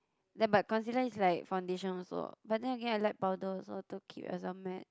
then but concealer is like foundation also but then Again I like powder also to keep as a matte